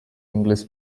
english